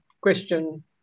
question